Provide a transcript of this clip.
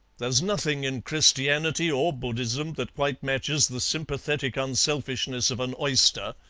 there's nothing in christianity or buddhism that quite matches the sympathetic unselfishness of an oyster.